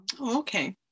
Okay